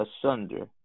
asunder